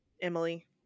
Emily